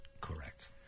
Correct